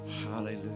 hallelujah